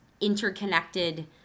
interconnected